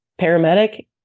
paramedic